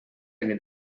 good